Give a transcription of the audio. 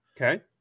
Okay